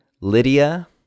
Lydia